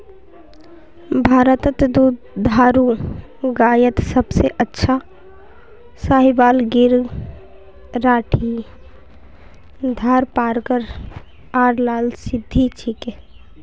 भारतत दुधारू गायत सबसे अच्छा साहीवाल गिर राठी थारपारकर आर लाल सिंधी छिके